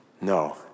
No